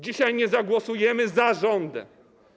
Dzisiaj nie zagłosujemy za rządem.